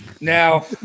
Now